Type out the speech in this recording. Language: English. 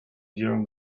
during